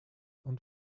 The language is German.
und